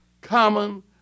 common